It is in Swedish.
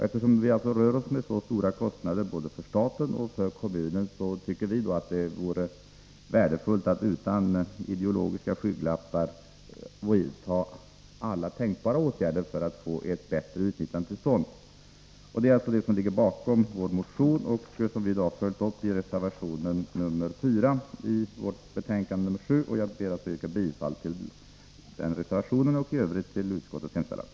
Eftersom det alltså rör sig om så stora kostnader för både staten och kommunerna tycker vi att det vore värdefullt att man, utan ideologiska skygglappar, vidtog alla tänkbara åtgärder för att få ett bättre utnyttjande till stånd. Det är detta som ligger bakom vår motion, som vi följt upp i reservation 4 till bostadsutskottets betänkande nr 7. Jag ber att få yrka bifall till denna reservation och övrigt bifall till utskottets hemställan.